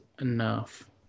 enough